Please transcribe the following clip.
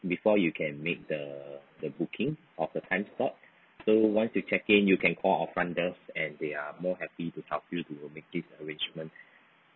before you can make the the booking of the time slot so once you check in you can call our front desk and they are more happy to help you to making arrangement